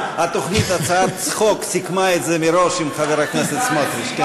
התוכנית "הצעת צחוק" סיכמה את זה מראש עם חבר הכנסת סמוטריץ.